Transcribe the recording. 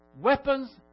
weapons